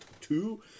two